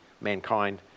mankind